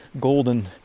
golden